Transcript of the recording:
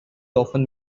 often